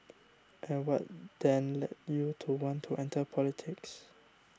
and what then led you to want to enter politics